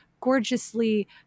gorgeously